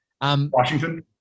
Washington